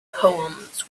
poems